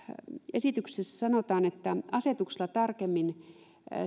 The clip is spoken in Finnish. esityksessä sanotaan että asetuksella tarkemmin